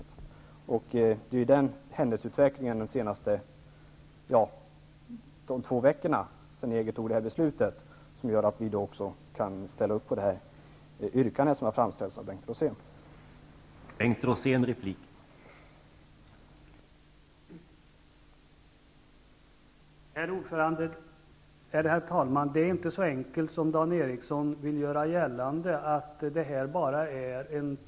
Tack vare händelseutvecklingen under de senaste två veckorna, sedan EG fattade sitt beslut, kan vi ställa oss bakom det yrkande som Bengt Rosén framställt.